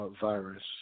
virus